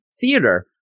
theater